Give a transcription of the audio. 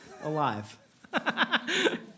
alive